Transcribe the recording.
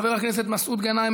חבר הכנסת מסעוד גנאים,